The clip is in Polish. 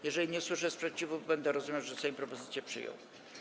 Jeżeli nie usłyszę sprzeciwu, będę uważał, że Sejm propozycje przyjął.